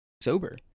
sober